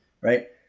right